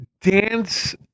Dance